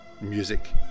music